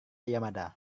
yamada